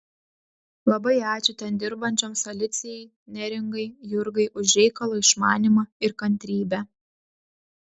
labai ačiū ten dirbančioms alicijai neringai jurgai už reikalo išmanymą ir kantrybę